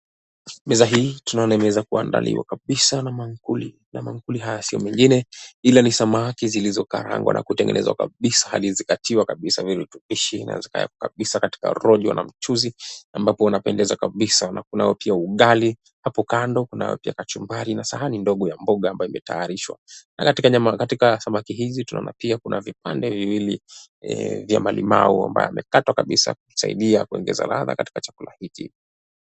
Meza hii tunaona imeweza kuandaliwa kabisa na maankuli na maankuli haya sio mengine ila ni samaki zilizokarangwa na kutengenezwa kabisa hadi zikatiwa kabisa virutumishi inaweza kabisa katika rojo na mchuzi ambapo unapendeza kabisa na kunayo pia ugali hapo kando kunayo pia kachumbari na sahani ndogo ya mboga ambayo imetayarishwa. Na katika katika samaki hizi tunaona pia kuna vipande viwili vya malimau ambaye amekatwa kabisa kusaidia kuongeza ladha katika chakula hiki.